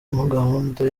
gahunda